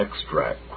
extract